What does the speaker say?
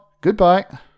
goodbye